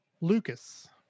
Lucas